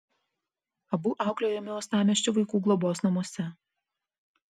abu auklėjami uostamiesčio vaikų globos namuose